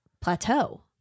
Plateau